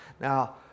Now